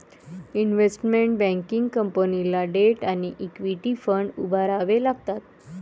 investment banking कंपनीला debt आणि equity fund उभारावे लागतात